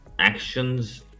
actions